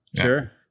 sure